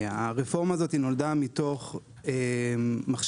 הרפורמה הזו נולדה מתוך מחשבה,